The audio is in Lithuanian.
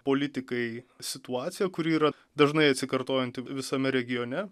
politikai situacija kuri yra dažnai atsikartojanti visame regione